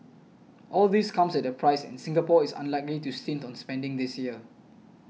all this comes at a price and Singapore is unlikely to stint on spending this year